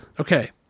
Okay